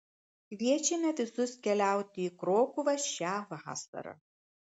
kviečiame visus keliauti į krokuvą šią vasarą